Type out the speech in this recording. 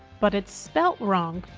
but it's spelt wrong.